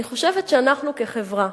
אני חושבת שאנחנו, כחברה,